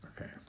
Okay